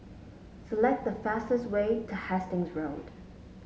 select the fastest way to Hastings Road